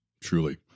truly